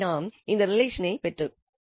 எனவே நாம் இந்த ரிலேஷனைப் பெற்றோம்